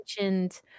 mentioned